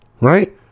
right